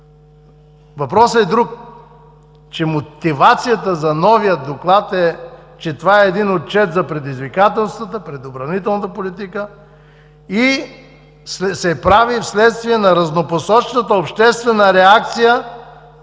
Въпросът е друг: че мотивацията за новия доклад е, че това е отчет за предизвикателствата, предохранителната политика и че се прави вследствие на разнопосочната обществена реакция